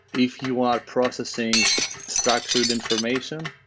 if you are processing structured information,